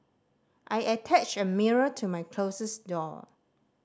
I attached a mirror to my closet door